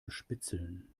bespitzeln